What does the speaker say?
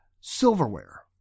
silverware